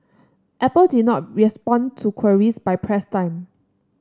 Apple did not respond to queries by press time